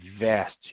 vast